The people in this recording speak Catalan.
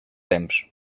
temps